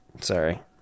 sorry